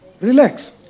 Relax